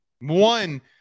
one